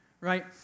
right